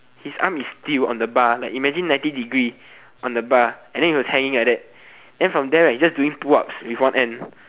his arm is steel on the bar imagine ninety degree on the bar and then he was hanging like that then he was doing pull ups with one hand